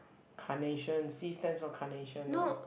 carnation C stands for carnation lor